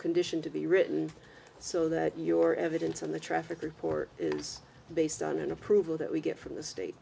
condition to be written so that your evidence on the traffic report is based on an approval that we get from the state